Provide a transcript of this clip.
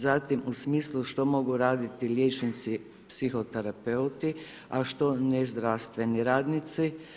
Zatim u smislu što mogu raditi liječnici psihoterapeuti a što ne zdravstveni radnici.